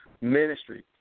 ministry